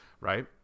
right